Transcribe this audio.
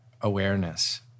awareness